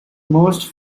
most